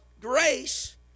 grace